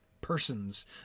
persons